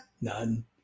None